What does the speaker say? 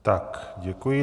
Tak děkuji.